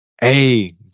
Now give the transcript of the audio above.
Hey